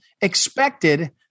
expected